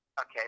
Okay